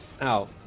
out